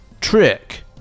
Trick